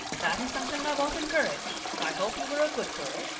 that is something i won't encourage. i hope you were a good girl.